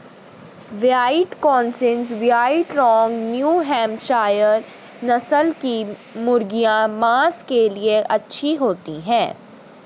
white Cornish, white rock, New Hampshire नस्ल की मुर्गियाँ माँस के लिए अच्छी होती हैं